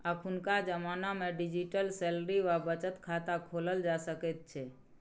अखुनका जमानामे digital salary वा बचत खाता खोलल जा सकैत छै